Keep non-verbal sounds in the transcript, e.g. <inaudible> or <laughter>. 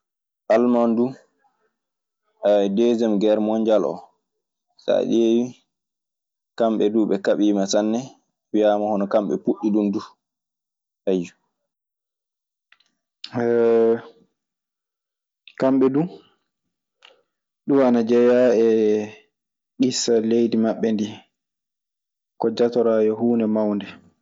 Almande dum <hesitation> desieme gere monjal o, sa ɗiewi kamɓe dum ɓe kabima sanne, wiyama honon kamɓe puɗidun dum aiyo. <hesitation> Kamɓe du, ɗun ana jeyaa eee ŋissa leydi maɓɓe ndii, ko jatoraa yo huunde mawnde.